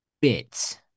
bits